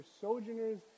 sojourners